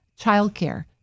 childcare